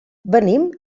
venim